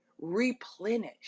replenish